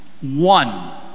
one